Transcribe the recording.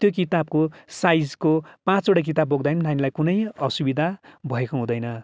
त्यो किताबको साइजको पाँचवटा किताब बोक्दा पनि नानीलाई कुनै असुविधा भएको हुँदैन